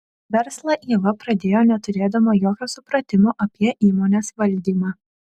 verslą ieva pradėjo neturėdama jokio supratimo apie įmonės valdymą